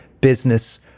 business